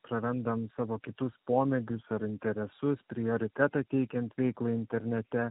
prarandam savo kitus pomėgius ar interesus prioritetą teikiant veiklai internete